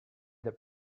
that